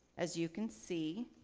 as you can see,